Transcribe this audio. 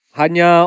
hanya